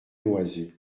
loizé